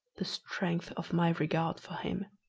the strength of my regard for him.